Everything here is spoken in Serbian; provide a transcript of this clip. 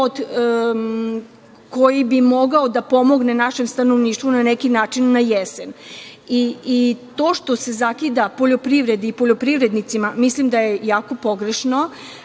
koji bi mogao da pomogne našem stanovništvu na neki način na jesen. To što se zakida poljoprivredi i poljoprivrednicima, mislim da je jako pogrešno